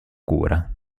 cura